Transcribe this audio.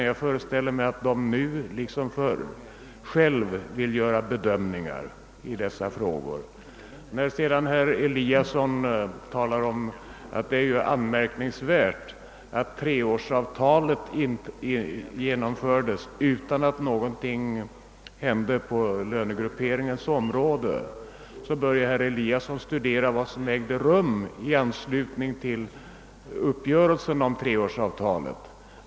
Jag föreställer mig att de nu liksom förr själva vill göra bedömningar i dessa frågor. Herr Eliasson sade sedan att det var anmärkningsvärt att treårsavtalet genomfördes utan att någonting hände på lönegrupperingens område, men herr Eliasson borde studera vad som ägde rum i anslutning till uppgörelsen om treårsavtalet.